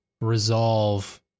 resolve